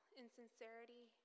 insincerity